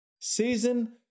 season